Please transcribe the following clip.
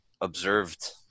observed